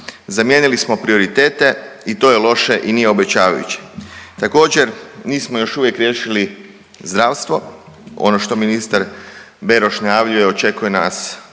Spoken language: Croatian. Zamijenili smo prioritete i to je loše i nije obećavajuće. Također nismo još uvijek riješili zdravstvo, ono što ministar Beroš najavljuje očekuje nas